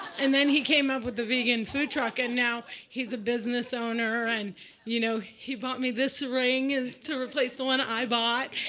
and then he came up with the vegan food truck, and now he's a business owner. and you know, he bought me this ring and to replace the one i bought.